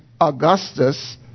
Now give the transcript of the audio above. Augustus